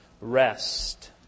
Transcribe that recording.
rest